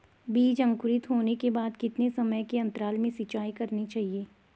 बीज अंकुरित होने के बाद कितने समय के अंतराल में सिंचाई करनी चाहिए?